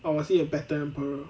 or was he a better emperor